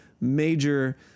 major